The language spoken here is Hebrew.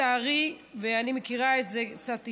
לצערי, ואני מכירה את זה קצת אישית,